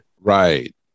right